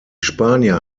spanier